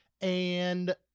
And-